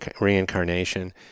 reincarnation